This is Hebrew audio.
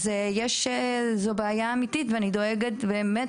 אז זו בעיה אמיתית ואני דואגת באמת,